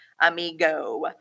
amigo